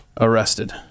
Arrested